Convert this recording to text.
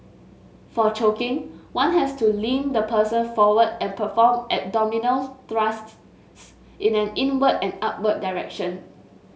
for choking one has to lean the person forward and perform abdominal thrusts in an inward and upward direction